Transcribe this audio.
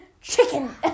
chicken